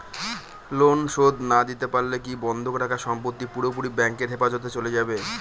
Loan শোধ না দিতে পারলে কি বন্ধক রাখা সম্পত্তি পুরোপুরি ব্যাংকের হেফাজতে চলে যাবে?